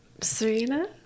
Serena